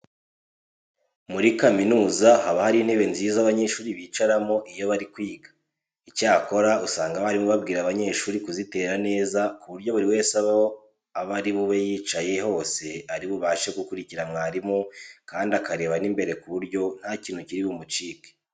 Muri kaminuza haba hari intebe nziza abanyeshuri bicaramo iyo bari kwiga. Icyakora usanga abarimu babwira abanyeshuri kuzitera neza ku buryo buri wese aho ari bube yicaye hose ari bubashe gukurikira mwarimu kandi akareba n'imbere ku buryo nta kintu kiri bumucike.